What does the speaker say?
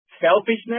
selfishness